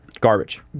garbage